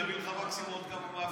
מקסימום נביא לך עוד כמה מאבטחים,